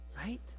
right